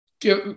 give